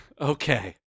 Okay